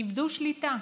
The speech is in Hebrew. איבדו שליטה.